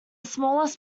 smallest